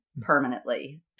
permanently